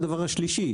דבר שלישי,